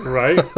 right